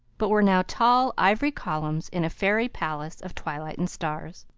but were now tall, ivory columns in a fairy palace of twilight and stars.